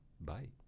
Bye